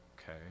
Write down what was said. okay